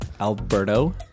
alberto